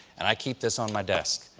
and i keep this on my desk.